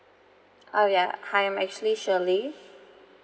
oh ya hi I'm actually shirley